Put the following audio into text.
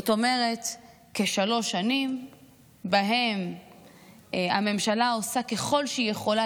זאת אומרת כשלוש שנים שבהן הממשלה עושה ככל שהיא יכולה